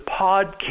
podcast